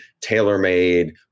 tailor-made